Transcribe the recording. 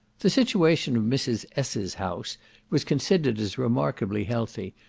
the situation of mrs. s s house was considered as remarkably healthy,